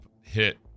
hit